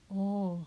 oh